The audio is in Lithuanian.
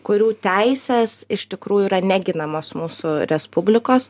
kurių teisės iš tikrųjų yra neginamos mūsų respublikos